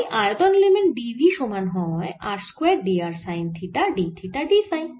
তাই আয়তন element d v সমান হয় r square d r sine theta d theta d phi